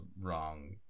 wrong